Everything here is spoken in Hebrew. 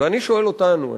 ואני שואל אותנו,